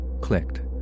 clicked